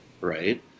right